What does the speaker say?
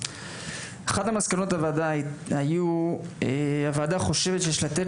2022. אחת מסקנות הוועדה היו הוועדה חושבת שיש לתת